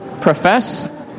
profess